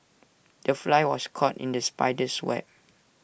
the fly was caught in the spider's web